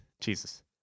Jesus